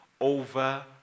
over